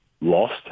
lost